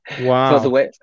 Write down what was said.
wow